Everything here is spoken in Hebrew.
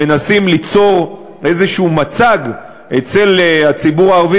מנסים ליצור איזה מצג אצל הציבור הערבי